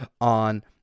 on